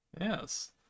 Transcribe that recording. Yes